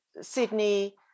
Sydney